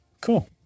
Cool